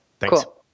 cool